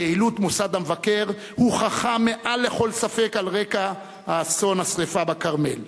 יעילות מוסד המבקר הוכחה מעל לכל ספק על רקע אסון השרפה בכרמל.